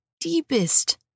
deepest